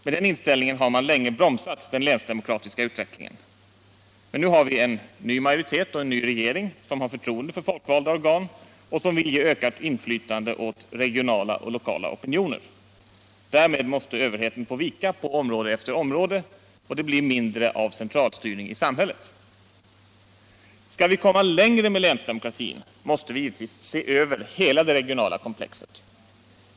Med den inställningen har man länge bromsat den länsdemokratiska utvecklingen. Men nu är det en ny majoritet och en ny regering, som har förtroende för folkvalda organ och som vill ge ökat inflytande åt regionala och lokala opinioner. Därmed måste överheten få vika, på område efter område. Det blir mindre av centralstyrning i samhället. Skall vi komma längre med länsdemokratin måste vi givetvis se över hela det regionala komplexet.